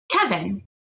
kevin